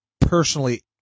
personally